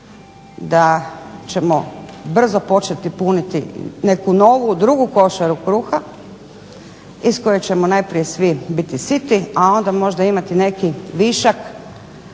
da ćemo brzo morati puniti neku novu drugu košaru kruha iz koje ćemo najprije svi biti siti, a onda možda imati neki višak